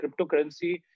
cryptocurrency